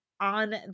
on